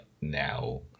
now